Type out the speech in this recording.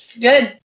Good